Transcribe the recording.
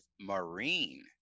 Marine